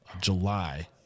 July